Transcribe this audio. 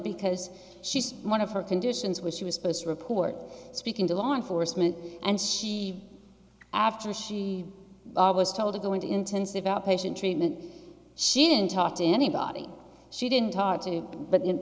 because she's one of her conditions which she was supposed to report speaking to law enforcement and she after she was told to go into intensive outpatient treatment she didn't talk to anybody she didn't talk to but in